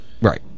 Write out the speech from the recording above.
right